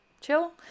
chill